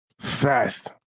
Fast